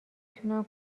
تونم